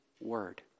Word